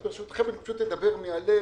אז ברשותכם אני פשוט אדבר מהלב,